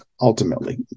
ultimately